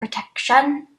protection